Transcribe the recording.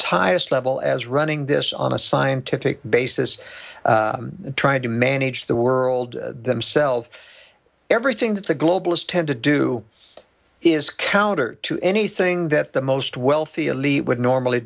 tightest level as running this on a scientific basis trying to manage the world themselves everything that the globalist tell to do is counter to anything that the most wealthy elite would normally